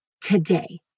today